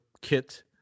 kit